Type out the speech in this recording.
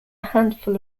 handful